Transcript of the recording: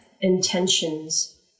intentions